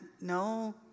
no